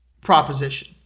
proposition